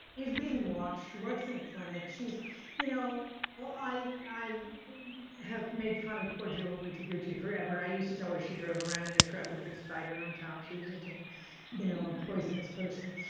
is being watched. she works in a clinic. you know i i have made fun of poor julie taguchi forever. i used to tell her she drove around in a truck with a big spider on top. she was just a you know um poisonous person.